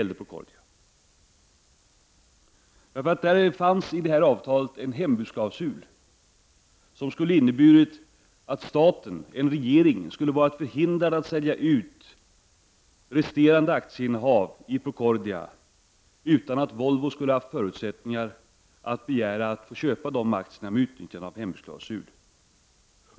Det fanns i detta avtal en hembudsklausul som skulle ha inneburit att en regering skulle ha varit förhindrad att sälja ut resterande aktieinnehav i Procordia, utan att Volvo hade kunnat begära att få köpa dessa aktier med utnyttjande av hembudsklausul.